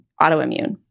autoimmune